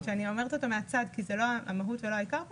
ואני אומרת אותו מהצד כי המהות היא לא העיקר כאן.